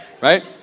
right